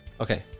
Okay